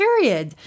Period